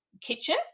kitchen